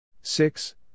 Six